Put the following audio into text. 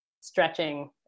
stretching